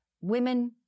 Women